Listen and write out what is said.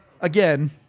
again